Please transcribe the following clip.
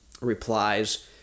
replies